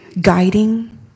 guiding